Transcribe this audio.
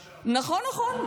נכון.